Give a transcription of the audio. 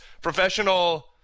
professional